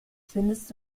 findest